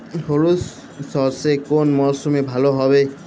হলুদ সর্ষে কোন মরশুমে ভালো হবে?